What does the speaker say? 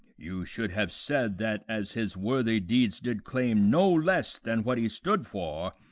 you should have said, that as his worthy deeds did claim no less than what he stood for,